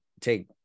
take